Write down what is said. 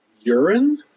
Urine